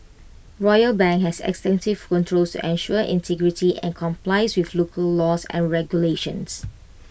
royal bank has extensive controls to ensure integrity and complies with local laws and regulations